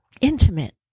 intimate